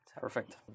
Perfect